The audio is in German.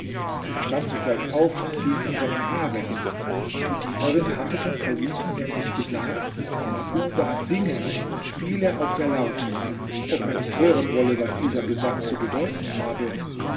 er stand sogleich auf und ging in seinen harem die dienerin hatte dem kalifen nämlich gesagt mahbubah singe und spiele auf der laute ob er nicht hören wolle was dieser gesang zu bedeuten habe